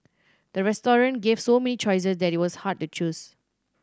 the restaurant gave so many choices that it was hard to choose